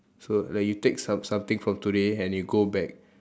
so like you take some something from today and you go back